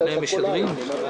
שלושה דברים: